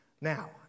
Now